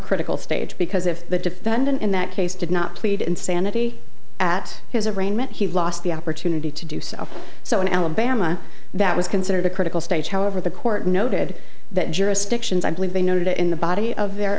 critical stage because if the defendant in that case did not plead insanity at his arraignment he lost the opportunity to do so so in alabama that was considered a critical stage however the court noted that jurisdictions i believe they noted in the body of their